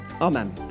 Amen